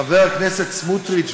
חברי הכנסת סמוטריץ,